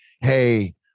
hey